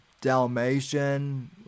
Dalmatian